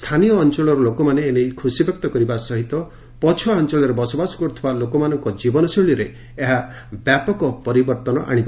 ସ୍ଥାନୀୟ ଅଞ୍ଚଳର ଲୋକମାନେ ଏନେଇ ଖୁସି ବ୍ୟକ୍ତ କରିବା ସହିତ ପଛୁଆ ଅଞ୍ଚଳରେ ବସବାସ କରୁଥିବା ଲୋକମାନଙ୍କ ଜୀବନଶୈଳୀରେ ଏହା ବ୍ୟାପକ ପରିବର୍ତ୍ତନ ଆଶିବ